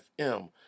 FM